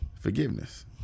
forgiveness